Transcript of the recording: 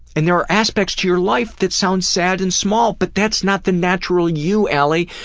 and there are aspects to your life that sound sad and small, but that's not the natural you, ali.